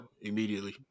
immediately